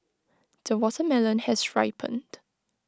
the watermelon has ripened